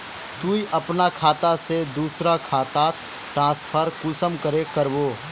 तुई अपना खाता से दूसरा खातात ट्रांसफर कुंसम करे करबो?